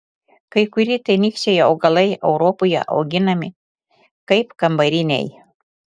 kai kurie tenykščiai augalai europoje auginami kaip kambariniai